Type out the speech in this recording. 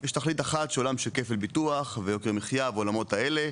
יש תכלית אחת שהוא עולם של כפל ביטוח ויוקר מחיה והעולמות האלה,